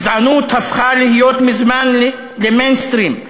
גזענות הפכה מזמן להיות "מיינסטרים".